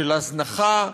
של הזנחה,